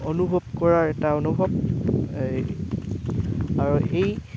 অনুভৱ কৰাৰ এটা অনুভৱ আৰু এই